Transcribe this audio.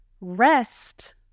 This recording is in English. Rest